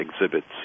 exhibits